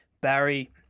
Barry